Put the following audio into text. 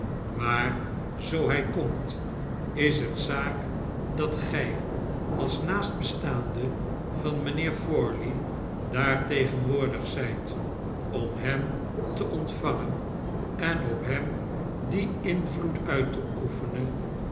maar zoo hy komt is het zaak datgy als naastbestaande van mynheer tforley daar tegenwoordig zyt om hem te ontvangen en op hem dien invloed uit te oefenen